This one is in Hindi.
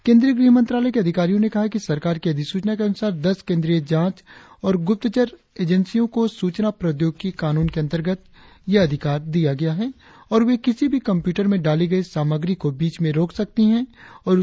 केंद्रीय गृहमंत्रालय के अधिकारियों ने कहा है कि सरकार की अधिसूचना के अनुसार दस केंद्रीय जांच और गुप्तचर एजेंसियों को सूचना प्रौद्योगिकी कानून के अंतर्गत यह अधिकार दिया गया है कि वे किसी भी कम्पयूटर में डाली गई सामग्री को बीच में रोक सकती है और उसका विश्लेषण कर सकती है